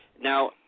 Now